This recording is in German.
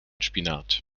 spinat